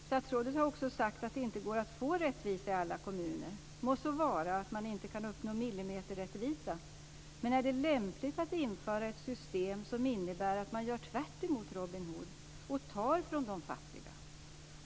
Statsrådet har också sagt att det inte går att få rättvisa i alla kommuner. Det må så vara att man inte kan uppnå millimeterrättvisa, men är det lämpligt att införa ett system som innebär att man gör tvärtemot Robin Hood och tar från de fattiga?